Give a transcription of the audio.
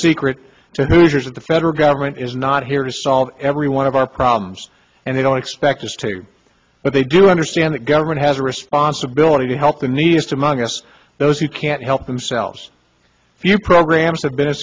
secret to hooters that the federal government is not here to solve every one of our problems and they don't expect us to but they do understand that government has a responsibility to help the nearest among us those who can't help themselves few programs have been a